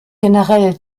generell